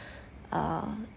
a